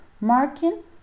marking